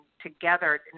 together